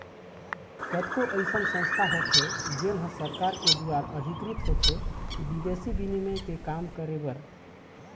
कतको अइसन संस्था होथे जेन ह सरकार के दुवार अधिकृत होथे बिदेसी बिनिमय के काम बर